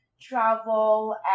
travel